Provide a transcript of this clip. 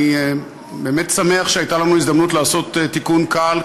אני באמת שמח שהייתה לנו הזדמנות לעשות תיקון קל,